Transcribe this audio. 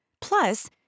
Plus